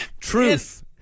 Truth